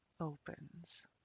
opens